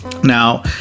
Now